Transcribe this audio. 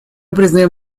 признаем